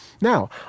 Now